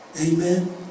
Amen